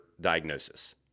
diagnosis